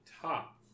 Top